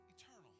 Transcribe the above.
eternal